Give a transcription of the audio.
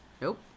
Nope